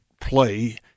play